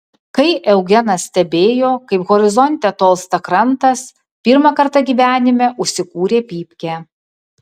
kai eugenas stebėjo kaip horizonte tolsta krantas pirmą kartą gyvenime užsikūrė pypkę